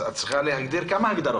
אז את צריכה להגדיר כמה הגדרות.